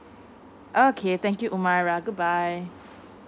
okay thank you Umaira